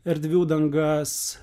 erdvių dangas